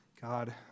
God